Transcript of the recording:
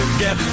get